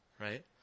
right